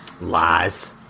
Lies